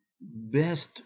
best